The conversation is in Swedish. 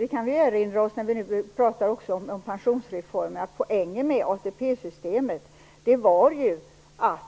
Vi kan erinra oss när vi nu också pratar om pensionsreformen att poängen med ATP-systemet var att